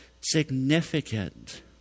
significant